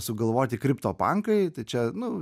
sugalvoti kriptopankai čia nu